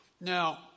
Now